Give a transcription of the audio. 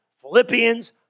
Philippians